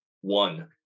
One